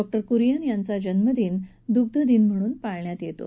वर्गिस कुरियन यांचा जन्मदिन दुग्ध दिन म्हणून पाळण्यात येतो